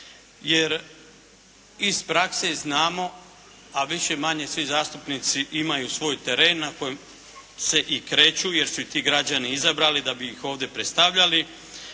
Jer iz prakse znamo, a više-manje svi zastupnici imaju svoj teren na kojem se i kreću jer su ih ti građani izabrali da bi ih ovdje predstavljali.